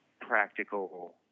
practical